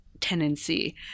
tenancy